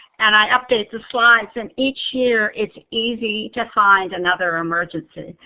and i update the slides and each year, it's easy to find another emergency.